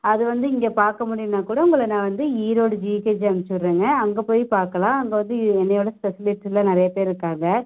அது வந்து இங்கே பார்க்க முடியிலைனா கூட உங்களை நான் வந்து ஈரோடு ஜிஹச் அனுப்புச்சிவுட்றேங்க அங்கே போய் பார்க்கலாம் அங்கே வந்து என்னோடய ஸ்பெசலிஸ்ட்டுகலாம் நிறையா பேர் இருக்காங்க